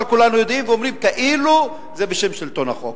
אבל כולנו יודעים ואומרים כאילו זה בשם שלטון החוק.